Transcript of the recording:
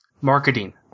marketing